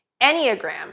Enneagram